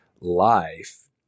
life